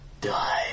Die